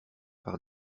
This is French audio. par